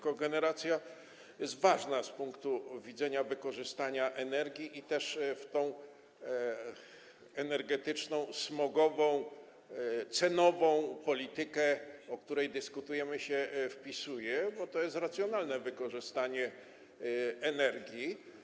Kogeneracja jest ważna z punktu widzenia wykorzystania energii i wpisuje się też w tę energetyczną, smogową, cenową politykę, o której dyskutujemy, bo to jest racjonalne wykorzystanie energii.